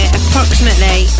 approximately